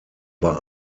war